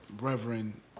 Reverend